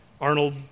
Arnold